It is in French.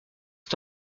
est